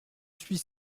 suis